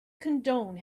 condone